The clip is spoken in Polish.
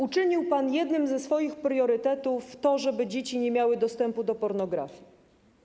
Uczynił pan jednym ze swoich priorytetów to, żeby dzieci nie miały dostępu do pornografii.